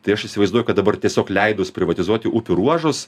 tai aš įsivaizduoju kad dabar tiesiog leidus privatizuoti upių ruožus